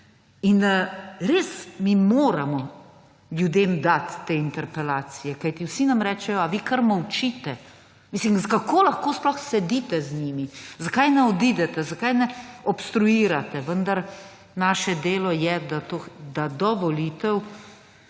Mi moramo ljudem dati te interpelacije, kajti vsi nam rečejo: »A vi kar molčite, kako lahko sploh sedite z njimi, zakaj ne odidete, zakaj ne obstruirate?« Vendar naše delo je, da smo do volitev